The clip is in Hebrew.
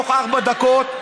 תוך ארבע דקות,